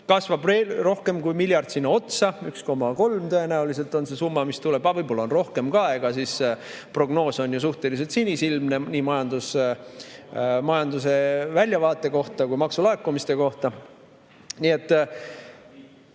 kasvab rohkem kui miljard sinna otsa, 1,3 tõenäoliselt on see summa, mis tuleb, aga võib-olla on rohkem ka. Prognoos on ju suhteliselt sinisilmne nii majanduse väljavaate kohta kui ka maksulaekumiste kohta. Aga selle